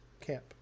Camp